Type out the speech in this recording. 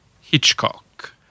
Hitchcock